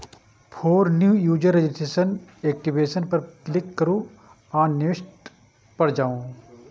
फेर new user registration, activation पर click करू आ नेक्स्ट पर जाउ